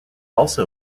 also